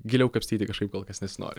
giliau kapstyti kažkaip kol kas nesinori